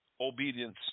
obedience